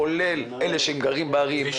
כולל אלה שגרים בערים,